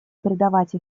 предавать